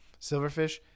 silverfish